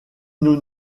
nous